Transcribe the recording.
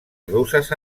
russes